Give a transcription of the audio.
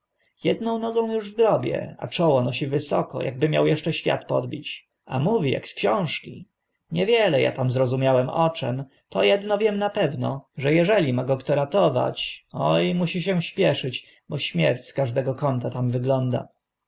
jedną nogą uż w grobie a czoło nosi wysoko akby miał eszcze świat podbić a mówi ak z książki niewiele a tam zrozumiałem o czym to edno wiem na pewno że eżeli go kto ma ratować o musi się śpieszyć bo śmierć z każdego kąta tam wygląda